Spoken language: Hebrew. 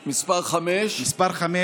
מס' 5. מס' 5,